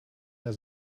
der